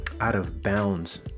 out-of-bounds